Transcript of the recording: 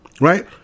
right